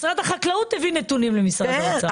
משרד החקלאות הביא נתונים למשרד האוצר,